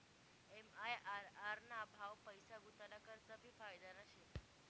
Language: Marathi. एम.आय.आर.आर ना भाव पैसा गुताडा करता भी फायदाना शे